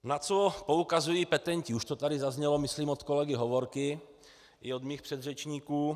Na co poukazují petenti už to tady zaznělo myslím od kolegy Hovorky i od mých předřečníků.